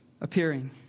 appearing